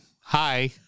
Hi